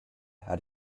had